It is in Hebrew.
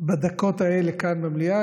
בדקות האלה כאן במליאה.